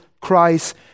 Christ